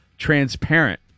Transparent